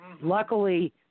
Luckily